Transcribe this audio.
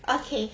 okay